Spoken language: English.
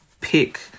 pick